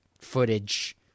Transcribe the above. footage